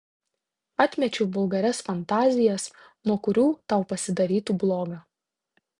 atmečiau vulgarias fantazijas nuo kurių tau pasidarytų bloga